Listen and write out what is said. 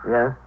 Yes